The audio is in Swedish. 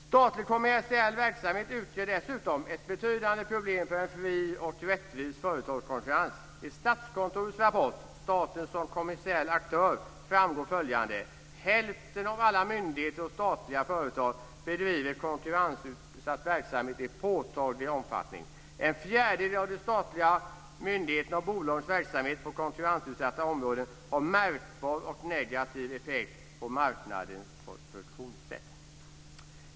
Statlig kommersiell verksamhet utgör ett betydande problem för en fri och rättvis företagskonkurrens. I framgår följande. - Hälften av alla myndigheter och statliga företag bedriver konkurrensutsatt verksamhet i påtaglig omfattning. - En fjärdedel av de statliga myndigheternas och bolagens verksamhet på konkurrensutsatta områden har märkbar och negativ effekt på marknadens funktionssätt."